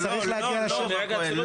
מר כהן.